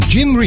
Jim